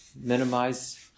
minimize